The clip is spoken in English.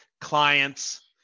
clients